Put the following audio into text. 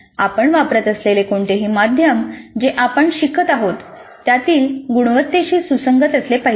आपण वापरत असलेले कोणतेही माध्यम जे आपण शिकत आहोत त्यातील गुणवत्तेशी सुसंगत असले पाहिजे